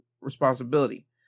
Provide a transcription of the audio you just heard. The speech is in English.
responsibility